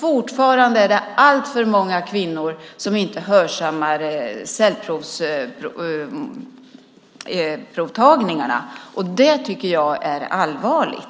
Fortfarande är det alltför många kvinnor som inte hörsammar cellprovstagningarna. Det tycker jag är allvarligt.